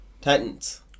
Titans